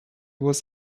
was